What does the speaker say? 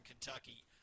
Kentucky